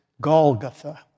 Golgotha